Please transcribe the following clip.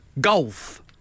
golf